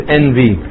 envy